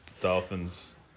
Dolphins